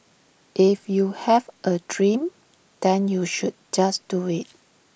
if you have A dream then you should just do IT